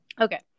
Okay